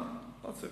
לא, לא צריך